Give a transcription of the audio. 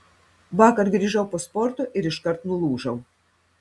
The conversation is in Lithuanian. vakar grįžau po sporto ir iškart nulūžau